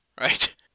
right